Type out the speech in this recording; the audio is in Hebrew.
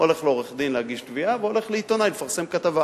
הולך לעורך-דין להגיש תביעה והולך לעיתונאי לפרסם כתבה,